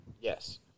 Yes